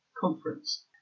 Conference